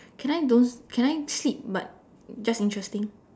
can I don't can I sleep but just interesting